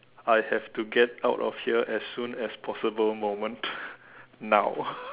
I have to get out of here as soon as possible moment now